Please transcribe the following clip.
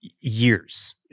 years